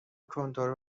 کنترل